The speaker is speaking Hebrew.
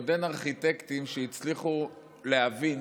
עוד אין ארכיטקטים שהצליחו להבין